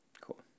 Cool